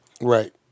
Right